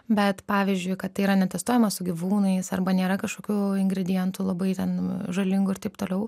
bet pavyzdžiui kad tai yra netestuojama su gyvūnais arba nėra kažkokių ingredientų labai ten žalingų ir taip toliau